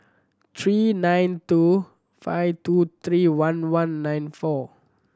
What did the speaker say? three nine two five two three one one nine four